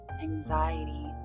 anxiety